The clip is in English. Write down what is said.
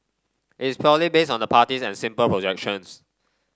its purely based on the parties and simple projections